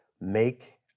make